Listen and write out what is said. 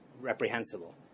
reprehensible